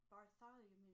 Bartholomew